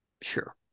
Sure